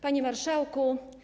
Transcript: Panie Marszałku!